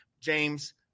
James